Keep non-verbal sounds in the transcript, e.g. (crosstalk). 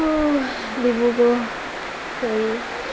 (unintelligible)